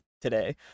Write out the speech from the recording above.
today